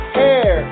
hair